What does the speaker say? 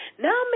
Now